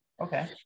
Okay